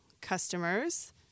customers